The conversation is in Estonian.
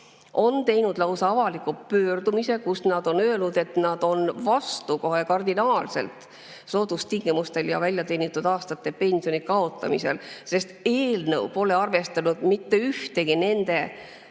on teinud lausa avaliku pöördumise, kus nad on öelnud, et nad on kohe kardinaalselt vastu soodustingimustel ja väljateenitud aastate pensioni kaotamisele, sest eelnõus pole arvestatud mitte ühtegi nende